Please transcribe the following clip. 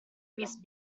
miss